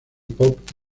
pop